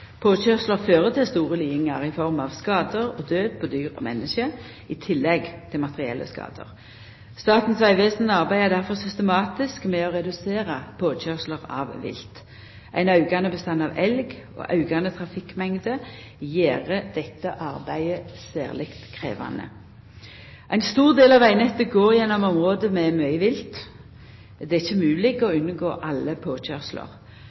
fører til store lidingar i form av skadar og død for dyr og menneske, i tillegg til materielle skadar. Statens vegvesen arbeider difor systematisk med å redusera påkøyrsler av vilt. Ein aukande bestand av elg og aukande trafikkmengd gjer dette arbeidet særleg krevjande. Ein stor del av vegnettet går gjennom område med mykje vilt, og det er ikkje mogleg å unngå alle